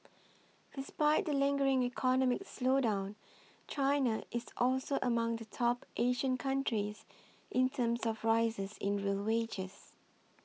despite the lingering economic slowdown China is also among the top Asian countries in terms of rises in real wages